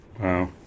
Wow